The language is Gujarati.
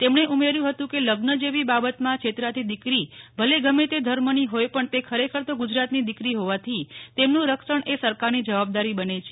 તેમણે ઉમેર્યુંહતું કે લગ્ન જેવી બાબત માં છેતરાતી દીકરી ભલે ગમે તે ધર્મ ની હોય પણ તે ખરેખર તો ગુજરાતની દીકરી હોવાથી તેનું રક્ષણ એ સરકાર ની જવાબદારી બને છે